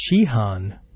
Shihan